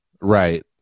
Right